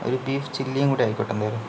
ഒരു ബീഫ് ചില്ലിയും കൂടി ആയിക്കോട്ടെ എന്തായാലും